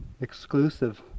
exclusive